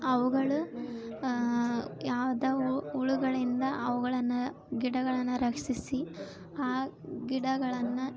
ಅವುಗಳು ಯಾವ್ದೇ ಹುಳುಗಳಿಂದ ಅವುಗಳನ್ನು ಗಿಡಗಳನ್ನು ರಕ್ಷಿಸಿ ಆ ಗಿಡಗಳನ್ನು